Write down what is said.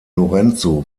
lorenzo